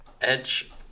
Edge